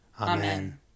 Amen